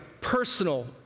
personal